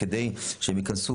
כדי שהן ייכנסו,